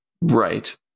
Right